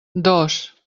dos